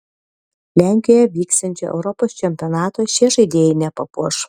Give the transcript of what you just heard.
lenkijoje vyksiančio europos čempionato šie žaidėjai nepapuoš